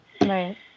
Right